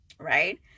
right